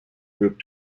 group